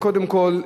קודם כול,